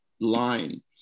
line